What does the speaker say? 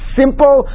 simple